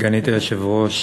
סגנית היושב-ראש,